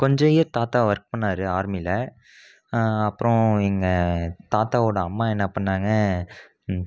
கொஞ்சம் இயர் தாத்தா ஒர்க் பண்ணிணாரு ஆர்மியில் அப்புறம் எங்கள் தாத்தாவோட அம்மா என்ன பண்ணிணாங்க